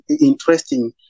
interesting